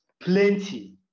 plenty